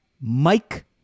Mike